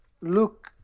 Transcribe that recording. look